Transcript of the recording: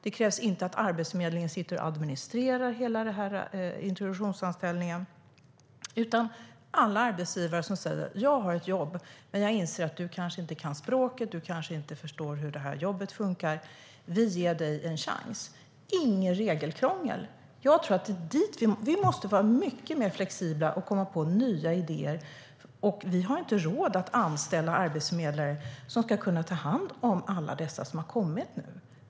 Det krävs inte att Arbetsförmedlingen administrerar introduktionsanställningen, utan detta gäller alla arbetsgivare som säger: Jag har ett jobb, men jag inser att du kanske inte kan språket. Du kanske inte förstår hur det här jobbet funkar. Vi ger dig en chans. Det är inget regelkrångel. Vi måste vara mycket mer flexibla och komma på nya idéer. Vi har inte råd att anställa arbetsförmedlare som ska ta hand om alla som nu har kommit.